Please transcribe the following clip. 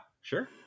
Sure